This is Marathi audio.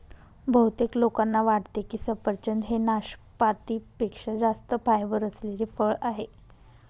बहुतेक लोकांना वाटते की सफरचंद हे नाशपाती पेक्षा जास्त फायबर असलेले फळ आहे